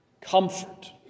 Comfort